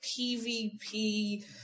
PVP